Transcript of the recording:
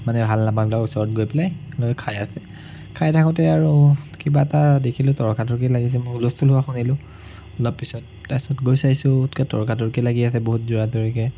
মানে ভাল নাপাওঁ এইবিলাকৰ ওচৰত গৈ পেলাই তেওঁলোকে খাই আছে খাই থাকোঁতে আৰু কিবা এটা দেখিলোঁ তৰ্কাতৰ্কি লাগিছে মই হুলস্থুল হোৱা শুনিলোঁ অলপ পিছত তাৰপিছত গৈ চাইছোঁ তৰ্কাতৰ্কি লাগি আছে বহুত দৌৰা দৌৰিকৈ